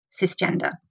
cisgender